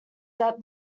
that